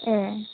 ए